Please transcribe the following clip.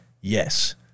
yes